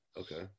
Okay